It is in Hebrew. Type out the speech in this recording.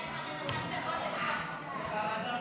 הנושא הבא על סדר-היום,